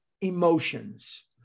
emotions